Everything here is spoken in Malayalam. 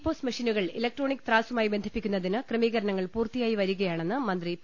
പോസ് മെഷിനുകൾ ഇലക്ടോണിക് ത്രാസുമായി ബന്ധി പ്പിക്കുന്നതിന് ക്രമീകരണങ്ങൾ പൂർത്തിയായി വരികയാണെന്ന് മന്തി പി